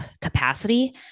capacity